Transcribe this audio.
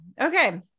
Okay